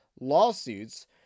lawsuits